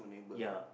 ya